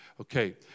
Okay